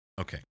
Okay